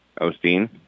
Osteen